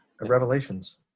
Revelations